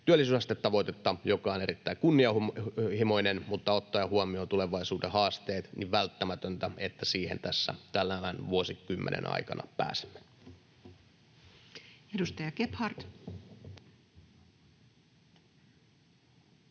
työllisyysastetavoitetta, joka on erittäin kunnianhimoinen, mutta ottaen huomioon tulevaisuuden haasteet on välttämätöntä, että siihen tämän vuosikymmenen aikana pääsemme. Edustaja Gebhard.